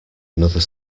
another